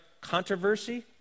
controversy